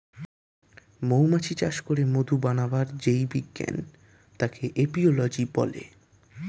মৌমাছি চাষ করে মধু বানাবার যেই বিজ্ঞান তাকে এপিওলোজি বলে